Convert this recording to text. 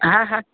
हा हा